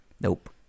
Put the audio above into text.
nope